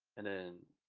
and then,